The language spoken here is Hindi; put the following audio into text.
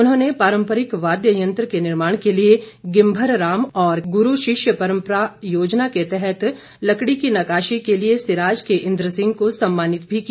उन्होंने पारंपरिक वाद्य यंत्र के निर्माण के लिए गिम्भर राम और गुरू शिष्य परंपरा योजना के तहत लकड़ी की नक्काशी के लिए सिराज के इंद्र सिंह को सम्मानित भी किया